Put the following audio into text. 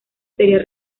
sería